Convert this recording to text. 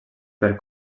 per